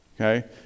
Okay